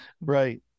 Right